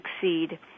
succeed